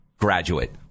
graduate